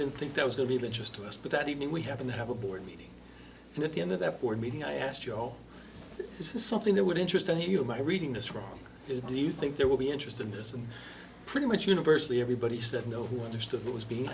didn't think that was going to be the interest to us but that evening we happened to have a board meeting and at the end of that board meeting i asked joe this is something that would interest and you know my reading this wrong is do you think there will be interest in this and pretty much universally everybody said no who understood what was being